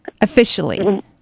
officially